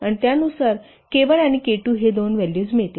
आणि त्यानुसार मला k 1 आणि k 2 ही दोन व्हॅल्यूज मिळतील